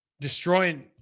destroying